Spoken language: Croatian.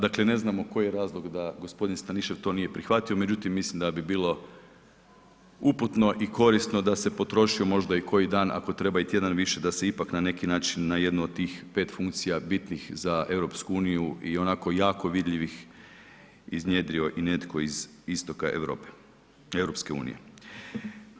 Dakle ne znamo koji je razlog da gospodin Stanišev to nije prihvatio međutim mislim da bi bilo uputno i korisno da se potrošio možda i koji dan, ako treba i tjedan više da se ipak na neki način na jednu od tih 5 funkcija bitnih za EU i onako jako vidljivih iznjedrio i netko iz istoka Europe, EU.